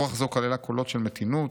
רוח זו כללה קולות של מתינות,